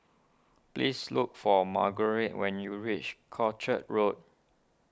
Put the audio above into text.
please look for Margurite when you reach Croucher Road